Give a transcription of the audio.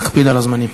תקפיד על הזמנים.